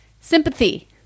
Sympathy